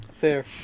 fair